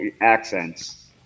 accents